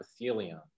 epithelium